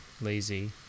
lazy